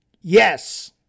Yes